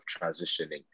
transitioning